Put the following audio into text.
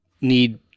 need